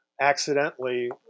accidentally